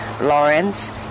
Lawrence